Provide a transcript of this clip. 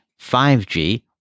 5G